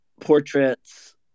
portraits